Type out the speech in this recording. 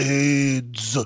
aids